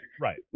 Right